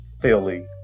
Philly